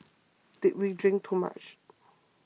did we drink too much